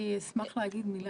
אני אשמח לומר מילה.